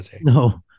No